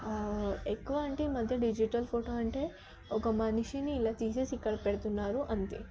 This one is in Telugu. ఎక్కువ అంటే ఈ మధ్య డిజిటల్ ఫోటో అంటే ఒక మనిషిని ఇలా తీసేసి ఇక్కడ పెడుతున్నారు అంతే